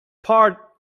part